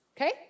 Okay